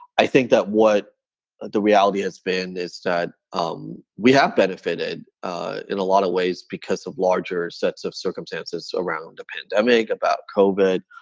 i think that what the reality has been is that um we have benefited in a lot of ways because of larger sets of circumstances around a pandemic about covid.